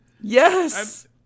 Yes